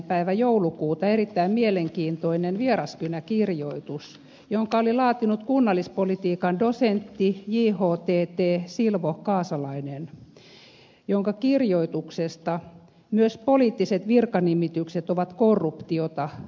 päivä joulukuuta erittäin mielenkiintoinen vieraskynäkirjoitus jonka oli laatinut kunnallispolitiikan dosentti jhtt silvo kaasalainen jonka kirjoituksen mukaan myös poliittiset virkanimitykset ovat korruptiota